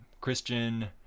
Christian